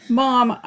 mom